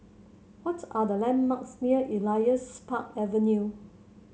what are the landmarks near Elias Park Avenue